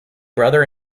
brother